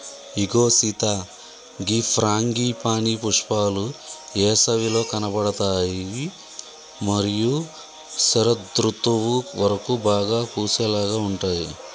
ఇగో సీత గీ ఫ్రాంగిపానీ పుష్పాలు ఏసవిలో కనబడుతాయి మరియు శరదృతువు వరకు బాగా పూసేలాగా ఉంటాయి